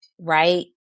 right